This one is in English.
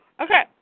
Okay